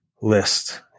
list